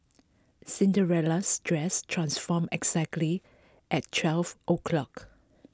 Cinderella's dress transformed exactly at twelve o' clock